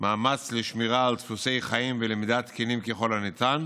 מאמץ לשמירה על דפוסי חיים ולמידה תקינים ככל הניתן